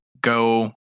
go